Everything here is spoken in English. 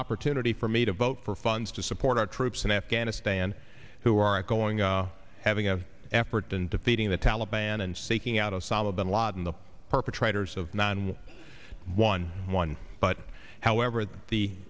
opportunity for me to vote for funds to support our troops in afghanistan who are going having an effort in defeating the taliban and seeking out osama bin laden the perpetrators of nine one one one but however the